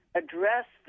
address